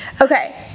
Okay